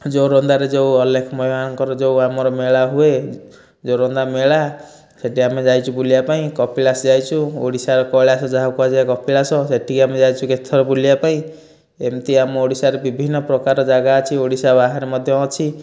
ଜୋରନ୍ଦାରେ ଯେଉଁ ଅଲେଖ ମହିମାଙ୍କର ଯେଉଁ ଆମର ମେଳା ହୁଏ ଜୋରନ୍ଦା ମେଳା ସେଇଠି ଆମେ ଯାଇଛୁ ବୁଲିବା ପାଇଁ କପିଳାଶ ଯାଇଛୁ ଓଡ଼ିଶାର କୈଳାସ ଯାହାକୁ କୁହାଯାଏ କପିଳାଶ ସେଠିକି ଆମେ ଯାଇଛୁ କେତଥର ବୁଲିବା ପାଇଁ ଏମିତି ଆମ ଓଡ଼ିଶାରେ ବିଭିନ୍ନ ପ୍ରକାର ଜାଗା ଅଛି ଓଡ଼ିଶା ବାହାରେ ମଧ୍ୟ ଅଛି